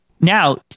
Now